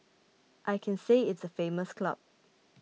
I can say it's a famous club